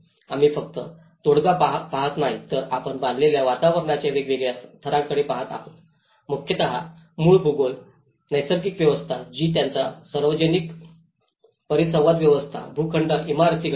आम्ही फक्त तोडगा पाहत नाही तर आपण बांधलेल्या वातावरणाच्या वेगवेगळ्या थरांकडे पहात आहोत मुख्यत मूळ भूगोल नैसर्गिक व्यवस्था जी याचा सार्वजनिक परिसंवादाची व्यवस्था भूखंड इमारती घटक